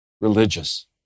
religious